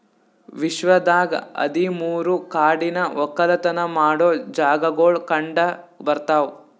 ವಿಶ್ವದಾಗ್ ಹದಿ ಮೂರು ಕಾಡಿನ ಒಕ್ಕಲತನ ಮಾಡೋ ಜಾಗಾಗೊಳ್ ಕಂಡ ಬರ್ತಾವ್